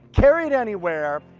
carry it anywhere,